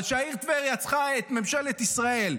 אבל כשהעיר טבריה צריכה את ממשלת ישראל,